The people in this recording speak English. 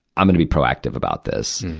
i'm gonna be proactive about this.